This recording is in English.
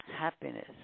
happiness